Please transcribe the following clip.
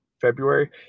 February